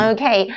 Okay